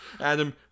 Adam